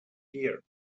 gear